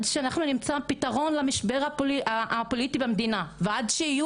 ועד שאנחנו נמצא פתרון למשבר הפוליטי במדינה ועד שיתקבלו